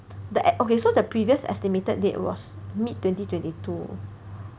the e~ okay so the previous estimated date was mid twenty twenty two